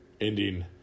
ending